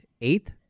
eighth